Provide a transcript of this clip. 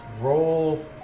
Roll